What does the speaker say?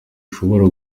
ushobora